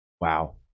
Wow